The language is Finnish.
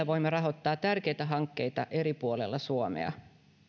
voimme rahoittaa tärkeitä hankkeita eri puolilla suomea